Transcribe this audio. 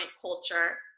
culture